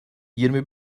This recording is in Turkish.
yirmi